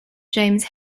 james